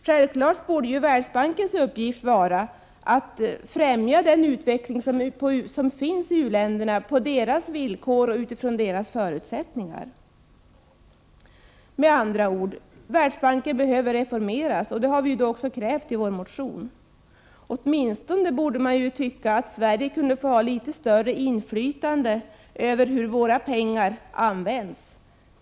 Självfallet borde Världsbankens uppgift vara att främja den utveckling som pågår i u-länderna, med hänsyn till deras villkor och utifrån deras förutsättningar. Med andra ord behöver Världsbanken reformeras. Det har vi krävt i vår motion. Åtminstone borde man tycka att Sverige kunde få litet större inflytande över hur våra pengar används.